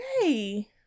Yay